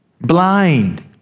blind